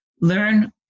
learn